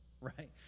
right